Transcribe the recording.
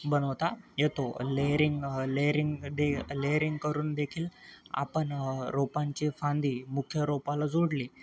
बनवता येतो layering layering दे लेअरिंग करूनदेखील आपण रोपांची फांदी मुख्य रोपाला जोडली